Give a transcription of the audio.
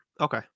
Okay